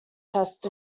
test